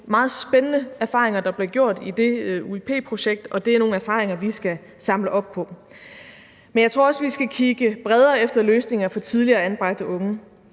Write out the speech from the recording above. meget spændende erfaringer, der bliver gjort i det UIP-projekt, og det er nogle erfaringer, vi skal samle op på. Men jeg tror også, vi skal kigge bredere efter løsninger for tidligere anbragte unge.